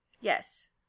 Yes